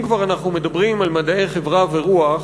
אם כבר אנחנו מדברים על מדעי חברה ורוח,